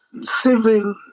civil